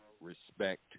respect